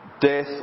death